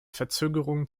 verzögerungen